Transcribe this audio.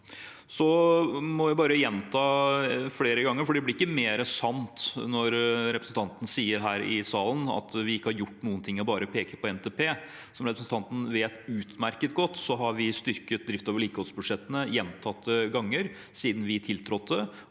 Så må jeg bare gjenta enda flere ganger, for det blir ikke mer sant når representanten sier her i salen at vi ikke har gjort noen ting og bare peker på NTP. Som representanten vet utmerket godt, har vi styrket drifts- og vedlikeholdsbudsjettene gjentatte ganger siden vi tiltrådte,